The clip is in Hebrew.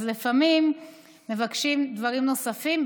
אז לפעמים מבקשים דברים נוספים.